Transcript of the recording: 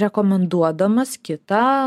rekomenduodamas kitą